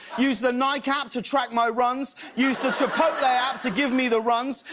use the nike app to track my runs, use the chipotle app to give me the runs,